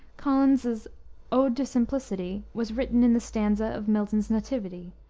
collins's ode to simplicity was written in the stanza of milton's nativity,